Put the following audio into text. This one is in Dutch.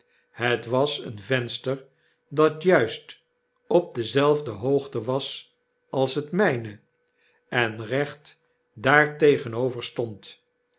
het was een venster dat juist op dezelfde hoogte was als het myne en recht daartegenover stond